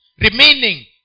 remaining